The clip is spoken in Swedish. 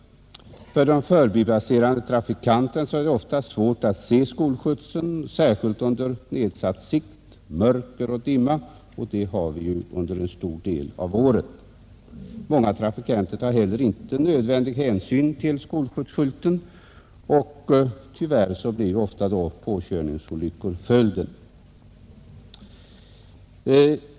Förbipasserande trafikanter har ofta svårt att se skolskjutsen, särskilt under nedsatt sikt, mörker och dimma, och sådana förhållanden har vi ju under en stor del av året. Många trafikanter tar heller inte nödvändig hänsyn till skolskjutsskylten och tyvärr blir följden ofta påkörningsolyckor.